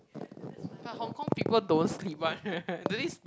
but Hong-Kong people don't sleep one right